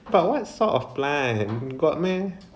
what sort of plant got meh